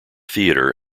theatre